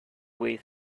way